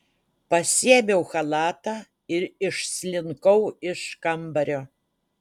pasiėmiau chalatą ir išslinkau iš kambario